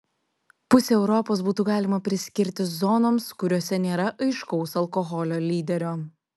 pusę europos būtų galima priskirti zonoms kuriose nėra aiškaus alkoholio lyderio